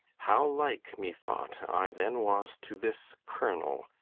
how like, methought, i then was to this kernel,